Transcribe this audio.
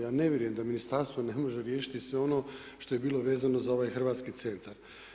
Ja ne vjerujem da ministarstvo ne može riješiti sve ono što je bilo vezano za ovaj hrvatski centar.